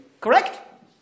Correct